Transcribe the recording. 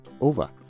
over